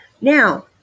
Now